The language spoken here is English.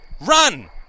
Run